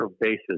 bases